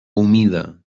humida